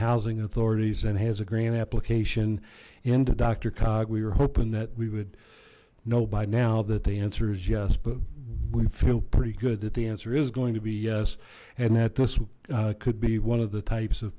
housing authorities and has a grant application into doctor cog we were hoping that we would know by now that the answer is yes but we feel pretty good that the answer is going to be yes and that this could be one of the types of